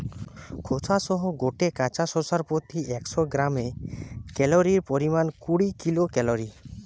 খোসা সহ গটে কাঁচা শশার প্রতি একশ গ্রামে ক্যালরীর পরিমাণ কুড়ি কিলো ক্যালরী